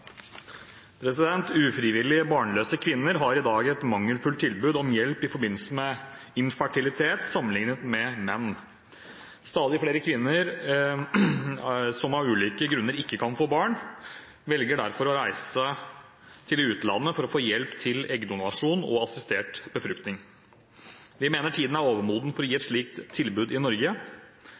barnløse kvinner har i dag et mangelfullt tilbud om hjelp i forbindelse med infertilitet sammenlignet med menn. Stadig flere kvinner som av ulike grunner ikke kan få barn, velger derfor å reise til utlandet for å få hjelp til eggdonasjon og assistert befruktning. Vi mener tiden er overmoden for å gi et slikt tilbud i Norge.